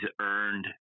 earned